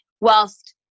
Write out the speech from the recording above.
whilst